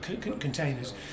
Containers